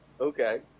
Okay